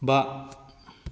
बा